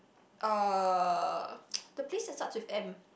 uh the place that starts with M